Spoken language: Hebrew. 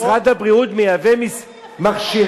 משרד הבריאות מייבא מכשירים?